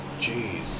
jeez